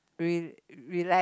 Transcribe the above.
re~ relaxed